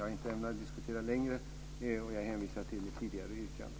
Jag ämnar dock inte göra det längre utan hänvisar till mitt tidigare yrkande.